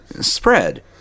spread